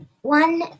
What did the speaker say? one